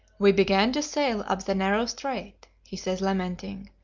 we began to sail up the narrow strait, he says, lamenting.